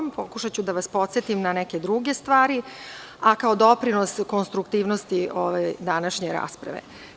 Naime, pokušaću da vas podsetim na neke druge stvari, a kao doprinos konstruktivnosti ove današnje rasprave.